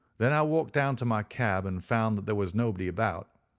then i walked down to my cab and found that there was nobody about,